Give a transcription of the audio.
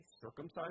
circumcised